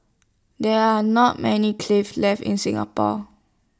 there are not many cliff left in Singapore